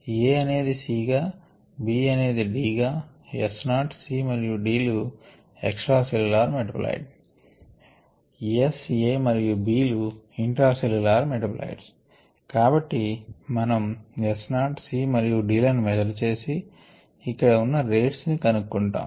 Aఅనేది Cగా Bఅనేది Dగా S నాట్ C మరియు D లు extra cellular metabolite S A మరియు B లు ఇంట్రా సెల్ల్యులార్ మెటాబోలైట్ కాబట్టి మనం S naught C మరియు D లను మేజర్ చేసి ఇక్కడ ఉన్న రేట్స్ ని కనుక్కుంటాము